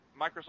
Microsoft